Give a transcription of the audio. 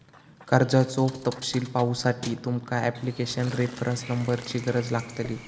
कर्जाचो तपशील पाहुसाठी तुमका ॲप्लीकेशन रेफरंस नंबरची गरज लागतली